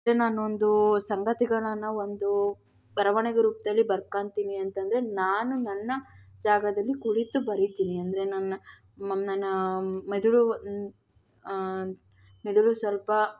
ನಾನು ಒಂದು ಸಂಗತಿಗಳನ್ನು ಒಂದು ಬರವಣಿಗೆ ರೂಪದಲ್ಲಿ ಬರ್ಕೊಂತೀನಿ ಅಂತ ಅಂದರೆ ನಾನು ನನ್ನ ಜಾಗದಲ್ಲಿ ಕುಳಿತು ಬರಿತೀನಿ ಅಂದರೆ ನನ್ನ ನನ್ನ ಮೆದುಳು ಮೆದುಳು ಸ್ವಲ್ಪ